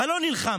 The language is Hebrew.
אבל לא נלחמתם.